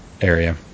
area